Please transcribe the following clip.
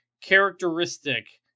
characteristic